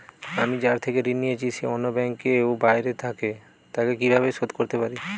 আমি যার থেকে ঋণ নিয়েছে সে অন্য ব্যাংকে ও বাইরে থাকে, তাকে কীভাবে শোধ করতে পারি?